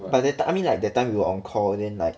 but that ti~ I mean like that time we were on call then like